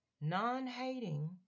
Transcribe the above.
non-hating